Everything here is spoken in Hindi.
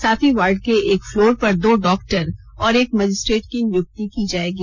साथ ही वार्ड के एक फ्लोर पर दो डॉक्टर और एक मजिस्ट्रेट की नियुक्ति की जाएगी